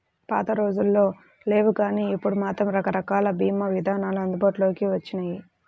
పాతరోజుల్లో లేవుగానీ ఇప్పుడు మాత్రం రకరకాల భీమా ఇదానాలు అందుబాటులోకి వచ్చినియ్యి